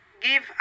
Give